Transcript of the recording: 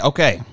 Okay